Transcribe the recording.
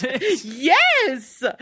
yes